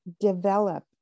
develop